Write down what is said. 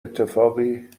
اتفاقی